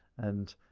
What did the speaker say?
and,